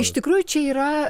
iš tikrųjų čia yra